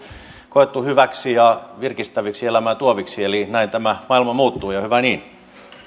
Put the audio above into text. koettu hyviksi ja virkistäviksi elämää tuoviksi eli näin tämä maailma muuttuu ja hyvä niin